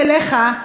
והשאלה שלי אליך: